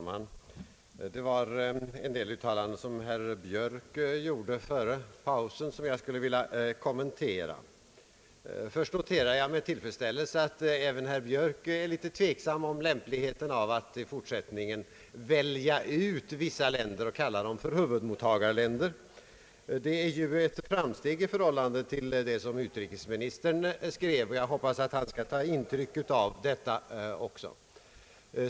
Herr talman! Herr Björk gjorde en del uttalanden före pausen som jag skulle vilja kommentera. Jag noterar med tillfredsställelse att även herr Björk är litet tveksam om lämpligheten av att välja ut vissa länder och kalla dem för huvudmottagarländer. Det är ju ett framsteg i förhållande till vad utrikesministern har skrivit, och jag hoppas att denne också skall ta intryck av detta.